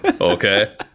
okay